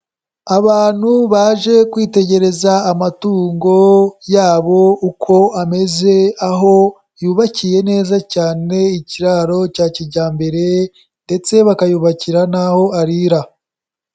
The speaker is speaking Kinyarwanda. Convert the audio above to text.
Abantu baje kwitegereza amatungo yabo uko ameze, aho yubakiye neza cyane, ikiraro cya kijyambere ndetse bakayubakira n'aho arira.